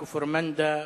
כפר-מנדא,